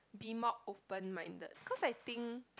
be more open minded cause I think